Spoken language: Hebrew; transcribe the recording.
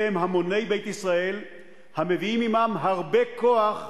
אלה הם המוני בית ישראל המביאים עמם הרבה כוח,